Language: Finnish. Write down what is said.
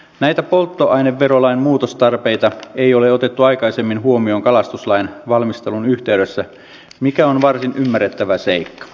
näitä polttoaineverolain muutostarpeita ei ole otettu aikaisemmin huomioon kalastuslain valmistelun yhteydessä mikä on varsin ymmärrettävä seikka